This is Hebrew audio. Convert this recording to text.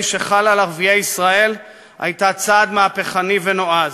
שחל על ערביי ישראל הייתה צעד מהפכני ונועז.